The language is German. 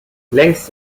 längst